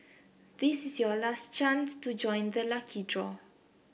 this is your last chance to join the lucky draw